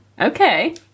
okay